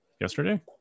yesterday